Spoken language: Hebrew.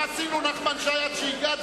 נחמן שי, מה עשינו עד שהגעת?